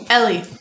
Ellie